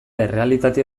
errealitate